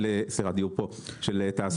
של תעסוקה.